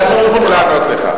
אני לא רוצה לענות לך.